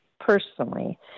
personally